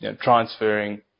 transferring